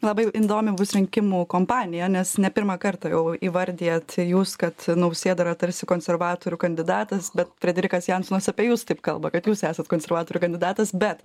labai įdomi bus rinkimų kompanija nes ne pirmą kartą jau įvardijat jūs kad nausėda yra tarsi konservatorių kandidatas bet frederikas jansonas apie jus taip kalba kad jūs esat konservatorių kandidatas bet